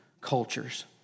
cultures